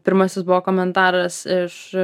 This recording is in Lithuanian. pirmasis buvo komentaras iš